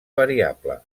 variable